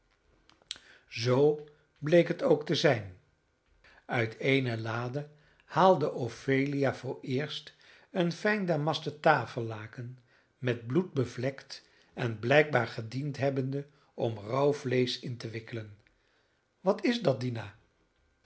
zoo bleek het ook te zijn uit eene lade haalde ophelia vooreerst een fijn damasten tafellaken met bloed bevlekt en blijkbaar gediend hebbende om rauw vleesch in te wikkelen wat is dat dina